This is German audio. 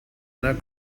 einer